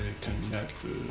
Connected